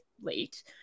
late